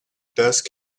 dust